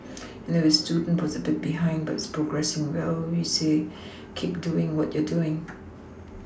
and if a student was a bit behind but is progressing well we'll say keep doing what you're doing